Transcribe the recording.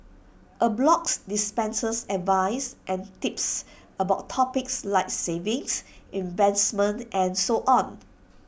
A blog dispenses advice and tips about topics like savings investment and so on